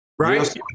Right